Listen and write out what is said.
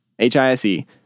H-I-S-E